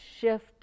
shift